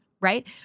Right